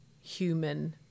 human